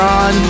on